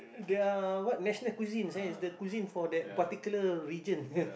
the what national cuisine is the cuisine for that particular region